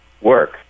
work